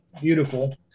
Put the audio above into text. Beautiful